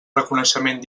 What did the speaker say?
reconeixement